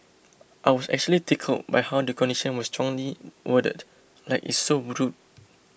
I was actually tickled by how the condition was strongly worded like it's so rude